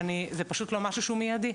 וזה פשוט לא משהו שהוא מיידי.